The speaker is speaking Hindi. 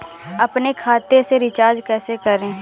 अपने खाते से रिचार्ज कैसे करें?